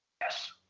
Yes